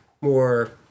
more